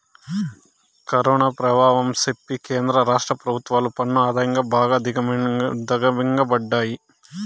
corona పెభావం సెప్పి కేంద్ర రాష్ట్ర పెభుత్వాలు పన్ను ఆదాయం బాగా దిగమింగతండాయి